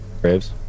graves